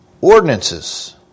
ordinances